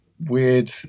weird